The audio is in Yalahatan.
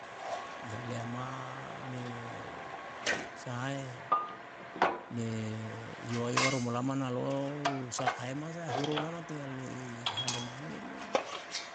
Ia lea ma ni sae ni io io ru mu lama na lo'o sakae masa huru lama tinggal lei halema ni merio